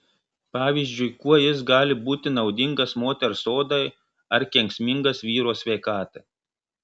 pavyzdžiui kuo jis gali būti naudingas moters odai ar kenksmingas vyro sveikatai